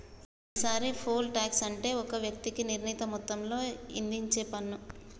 ఈరిగా, poll tax అంటే ఒక వ్యక్తికి నిర్ణీత మొత్తంలో ఇధించేపన్ను